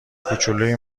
کوچولوی